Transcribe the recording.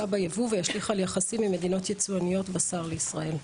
בייבוא וישליך על יחסים עם מדינות יצואניות בשר לישראל.